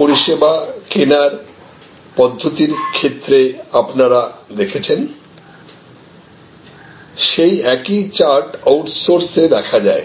পরিষেবা কেনার পদ্ধতির ক্ষেত্রে আপনারা দেখেছেন সেই একই চার্ট আউটসোর্সে দেখা যায়